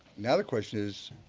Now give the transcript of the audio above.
now the question is,